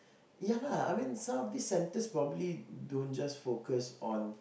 ya lah I mean some of this center probably don't just focus on